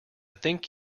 think